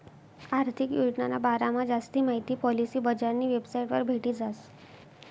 आर्थिक योजनाना बारामा जास्ती माहिती पॉलिसी बजारनी वेबसाइटवर भेटी जास